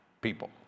People